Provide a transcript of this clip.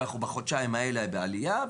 אנחנו בחודשיים האלה בעלייה,